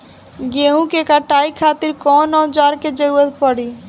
गेहूं के कटाई खातिर कौन औजार के जरूरत परी?